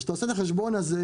כשאתה עושה את החשבון הזה,